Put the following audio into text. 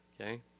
okay